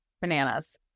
Bananas